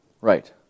Right